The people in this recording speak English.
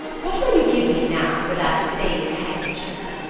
what will you give me now for that same handkerchief?